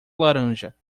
laranja